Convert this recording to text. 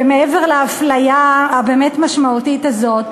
ומעבר לאפליה המשמעותית הזאת,